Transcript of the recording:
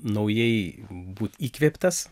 naujai būt įkvėptas